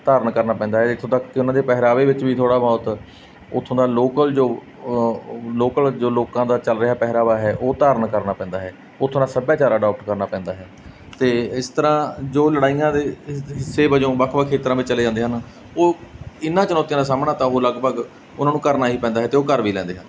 ਧਾਰਨ ਕਰਨਾ ਪੈਂਦਾ ਹੈ ਇੱਥੋਂ ਤੱਕ ਕਿ ਉਹਨਾਂ ਦੇ ਪਹਿਰਾਵੇ ਵਿੱਚ ਵੀ ਥੋੜ੍ਹਾ ਬਹੁਤ ਉੱਥੋਂ ਦਾ ਲੋਕਲ ਜੋ ਲੋਕਲ ਜੋ ਲੋਕਾਂ ਦਾ ਚੱਲ ਰਿਹਾ ਪਹਿਰਾਵਾ ਹੈ ਉਹ ਧਾਰਨ ਕਰਨਾ ਪੈਂਦਾ ਹੈ ਉੱਥੋਂ ਦਾ ਸੱਭਿਆਚਾਰ ਅਡੋਪਟ ਕਰਨਾ ਪੈਂਦਾ ਹੈ ਅਤੇ ਇਸ ਤਰ੍ਹਾਂ ਜੋ ਲੜਾਈਆਂ ਦੇ ਹਿ ਹਿੱਸੇ ਵਜੋਂ ਵੱਖ ਵੱਖ ਖੇਤਰਾਂ ਵਿੱਚ ਚਲੇ ਜਾਂਦੇ ਹਨ ਉਹ ਇਹਨਾਂ ਚੁਣੌਤੀਆਂ ਦਾ ਸਾਹਮਣਾ ਤਾਂ ਉਹ ਲਗਭਗ ਉਹਨਾਂ ਨੂੰ ਕਰਨਾ ਹੀ ਪੈਂਦਾ ਹੈ ਅਤੇ ਉਹ ਕਰ ਵੀ ਲੈਂਦੇ ਹਨ